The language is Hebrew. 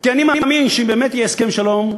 כי אני מאמין שאם באמת יהיה הסכם שלום,